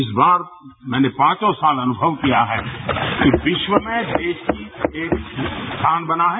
इस बार मैने पांचों साल अनुभव किया है कि विश्व में देश का एक स्थान बना है